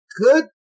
Good